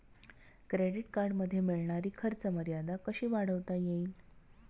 Credit कार्डमध्ये मिळणारी खर्च मर्यादा कशी वाढवता येईल?